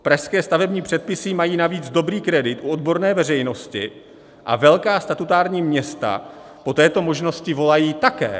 Pražské stavební předpisy mají navíc dobrý kredit u odborné veřejnosti a velká statutární města po této možnosti volají také.